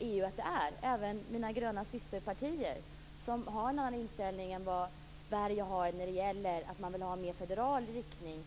EU att det är, även mina gröna systerpartier, som har en annan inställning än Sverige har. Man vill ha en mer federal riktning.